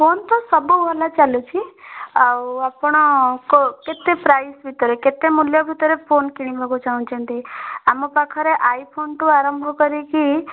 phone ତ ସବୁ ଭଲ ଚାଲୁଛି ଆଉ ଆପଣ କେତେ ପ୍ରାଇସ୍ ଭିତରେ କେତେ ମୂଲ୍ୟ ଭିତରେ ଫୋନ୍ କିଣିବାକୁ ଚାହୁଁଚନ୍ତି ଆମ ପାଖରେ ଆଇ ଫୋନ୍ଠୁ ଆରମ୍ଭ କରିକି